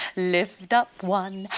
lift up one,